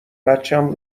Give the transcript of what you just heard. بچم